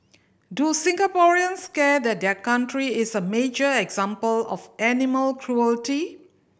do Singaporeans care that their country is a major example of animal cruelty